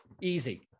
easy